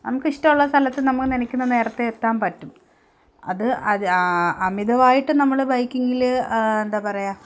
നമുക്ക് ഇഷ്ടമുള്ള സ്ഥലത്ത് നമുക്ക് നിനക്കുന്ന നേരത്ത് എത്താൻ പറ്റും അത് അത് അമിതമായിട്ട് നമ്മൾ ബൈക്കിങ്ങിൽ എന്താ പറയുക